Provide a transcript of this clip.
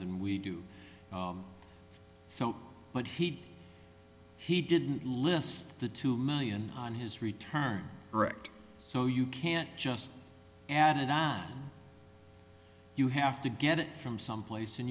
than we do so but he he didn't list the two million on his return or act so you can't just added you have to get it from someplace and